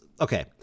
okay